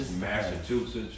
Massachusetts